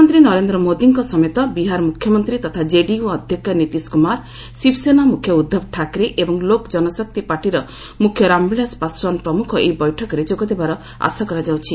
ପ୍ରଧାନମନ୍ତ୍ରୀ ନରେନ୍ଦ୍ର ମୋଦିଙ୍କ ସମେତ ବିହାର ମୁଖ୍ୟମନ୍ତ୍ରୀ ତଥା ଜେଡିୟୁ ଅଧ୍ୟକ୍ଷ ନୀତିଶ କୁମାର ଶିବ ସେନା ମୁଖ୍ୟ ଉଦ୍ଧବ ଠାକରେ ଏବଂ ଲୋକ୍ ଜନଶକ୍ତି ପାର୍ଟିର ମୁଖ୍ୟ ରାମବିଳାଶ ପାଶଓ୍ୱାନ ପ୍ରମୁଖ ଏହି ବୈଠକରେ ଯୋଗ ଦେବାର ଆଶା କରାଯାଉଛି